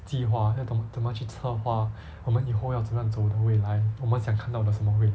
计划要懂怎么样去策划我们以后要怎样走的未来我们想要看到的什么未来